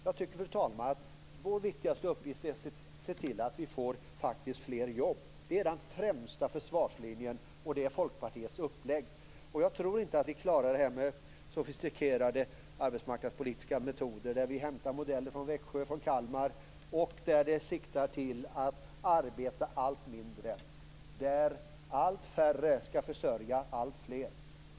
Jag tycker, fru talman, att vår viktigaste uppgift faktiskt är att se till att vi får fler jobb. Enligt Folkpartiets uppläggning är det den främsta försvarslinjen. Jag tror inte att vi klarar detta med sofistikerade arbetsmarknadspolitiska metoder, med modeller från Växjö och från Kalmar som siktar till att man skall arbeta allt mindre och enligt vilka allt färre skall försörja alltfler.